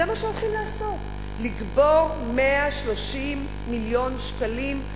זה מה שהולכים לעשות: לקבור 130 מיליון שקלים,